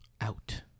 out